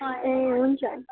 अँ ए हुन्छ